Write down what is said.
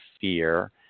fear